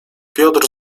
piotr